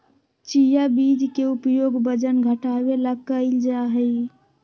chia बीज के उपयोग वजन घटावे ला कइल जाहई